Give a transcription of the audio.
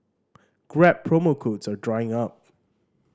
grab promo codes are drying up